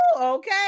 Okay